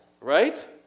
right